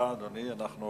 תודה, אדוני.